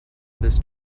this